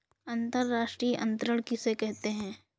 अंतर्राष्ट्रीय अंतरण किसे कहते हैं?